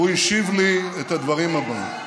הוא השיב לי את הדברים הבאים.